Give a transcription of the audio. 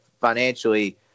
financially